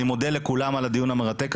אני מודה לכולם על הדיון המרתק הזה,